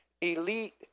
elite